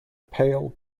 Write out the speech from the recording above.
pale